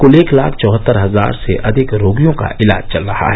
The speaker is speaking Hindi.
क्ल एक लाख चौहत्तर हजार से अधिक रोगियों का इलाज चल रहा है